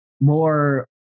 more